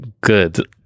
good